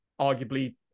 arguably